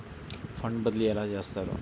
Fund బదిలీ ఎలా చేస్తారు?